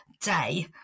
day